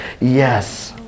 yes